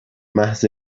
محض